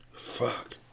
Fuck